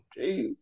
Jeez